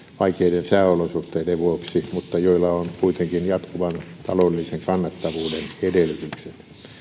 vaikeiden sääolosuhteiden vuoksi mutta joilla on kuitenkin jatkuvan taloudellisen kannattavuuden edellytykset